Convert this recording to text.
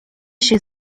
się